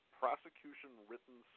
prosecution-written